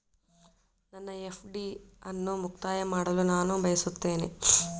ನನ್ನ ಎಫ್.ಡಿ ಅನ್ನು ಮುಕ್ತಾಯ ಮಾಡಲು ನಾನು ಬಯಸುತ್ತೇನೆ